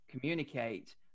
communicate